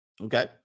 Okay